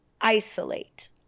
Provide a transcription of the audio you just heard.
isolate